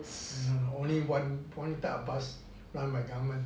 no only one one type of bus run by the government